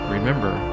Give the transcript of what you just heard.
Remember